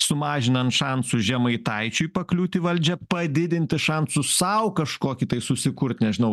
sumažinant šansus žemaitaičiui pakliūt į valdžią padidinti šansus sau kažkokį tai susikurt nežinau